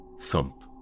Thump